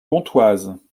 pontoise